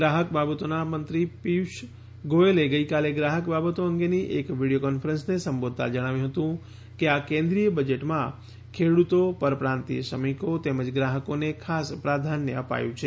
ગ્રાહક બાબતોનાં મંત્રી પિયુષ ગોયલે ગઈકાલે ગ્રાહક બાબતો અંગેની એક વિડિયો કોન્ફરન્સને સંબોધતાં જણાવ્યું હતું કે આ કેન્દ્રીય બજેટમાં ખેડૂતો પરપ્રાંતિય શ્રમિકો તેમજ ગ્રાહકોને ખાસ પ્રધાન્ય આપ્યું છે